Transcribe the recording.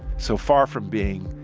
so far from being